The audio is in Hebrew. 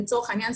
לצורך העניין,